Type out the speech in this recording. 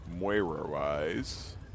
Moira-wise